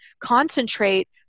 concentrate